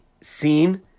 seen